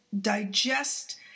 digest